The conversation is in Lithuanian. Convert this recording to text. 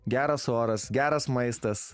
geras oras geras maistas